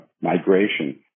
migration